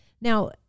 Now